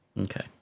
Okay